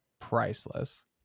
priceless